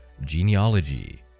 genealogy